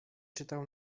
czytał